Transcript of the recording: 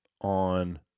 on